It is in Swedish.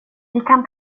kan